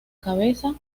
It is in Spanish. cabeza